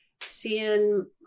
seeing